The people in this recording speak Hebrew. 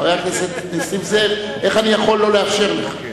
חבר הכנסת נסים זאב, איך אני יכול שלא לאפשר לך?